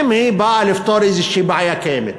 אם היא באה לפתור איזושהי בעיה קיימת